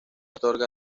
otorga